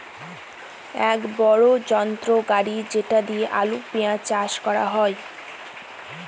এক বড়ো যন্ত্র গাড়ি যেটা দিয়ে আলু, পেঁয়াজ চাষ করা হয়